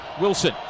Wilson